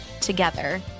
together